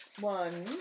one